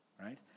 right